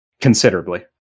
Considerably